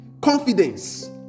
confidence